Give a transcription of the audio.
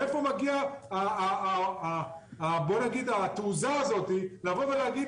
מאיפה מגיעה התעוזה הזאת לבוא ולהגיד